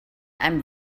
einem